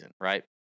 right